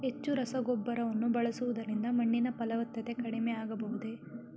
ಹೆಚ್ಚು ರಸಗೊಬ್ಬರವನ್ನು ಬಳಸುವುದರಿಂದ ಮಣ್ಣಿನ ಫಲವತ್ತತೆ ಕಡಿಮೆ ಆಗಬಹುದೇ?